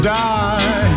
die